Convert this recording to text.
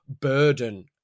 burden